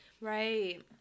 Right